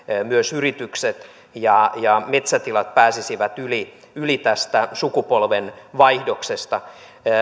myös yritykset ja ja metsätilat pääsisivät yli yli tästä sukupolvenvaihdoksesta